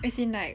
as in like